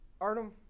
Artem